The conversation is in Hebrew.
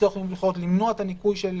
--- הן גם יכולות למנוע את הניכוי של